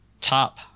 top